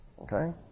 okay